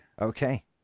Okay